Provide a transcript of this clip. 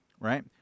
Right